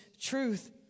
truth